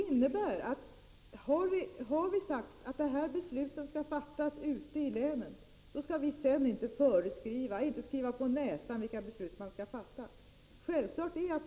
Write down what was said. Om vi en gång bestämt att dessa beslut skall fattas ute i länen kan vi sedan inte komma med centrala föreskrifter.